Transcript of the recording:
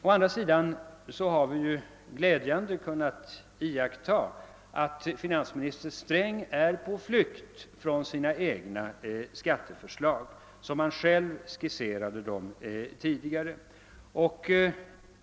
Å andra sidan har vi med glädje kunnat iaktta att finansminister Sträng är på flykt bort från sina egna skatteförslag sådana han själv skisserade dem tidigare.